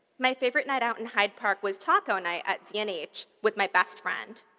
my favorite night out in hyde park was taco night at z and h with my best friend.